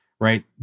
right